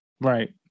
Right